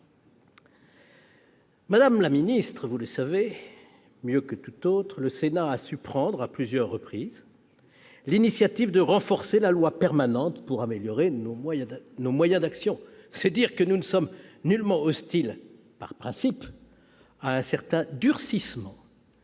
Madame la ministre, vous le savez mieux que quiconque, le Sénat a su prendre à plusieurs reprises l'initiative de renforcer la loi permanente pour améliorer nos moyens d'action. C'est dire que nous ne sommes nullement hostiles, par principe, à un certain durcissement